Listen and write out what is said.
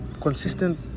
consistent